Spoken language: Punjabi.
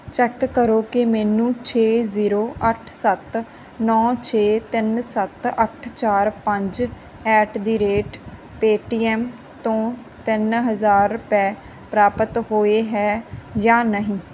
ਚੈੱਕ ਕਰੋ ਕਿ ਮੈਨੂੰ ਛੇ ਜ਼ੀਰੋ ਅੱਠ ਸੱਤ ਨੌਂ ਛੇ ਤਿੰਨ ਸੱਤ ਅੱਠ ਚਾਰ ਪੰਜ ਐਟ ਦੀ ਰੇਟ ਪੇਅਟੀਐੱਮ ਤੋਂ ਤਿੰਨ ਹਜ਼ਾਰ ਰੁਪਏ ਪ੍ਰਾਪਤ ਹੋਏ ਹੈ ਜਾਂ ਨਹੀਂ